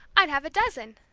i'd have a dozen.